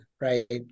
Right